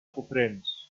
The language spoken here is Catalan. cofrents